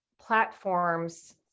platforms